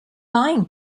lying